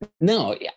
No